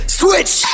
switch